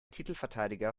titelverteidiger